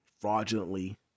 fraudulently